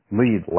lead